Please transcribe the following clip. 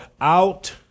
out